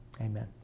amen